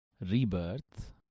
rebirth